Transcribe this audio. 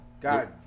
god